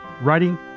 writing